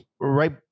right